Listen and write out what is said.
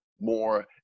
more